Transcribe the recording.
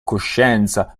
coscienza